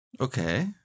Okay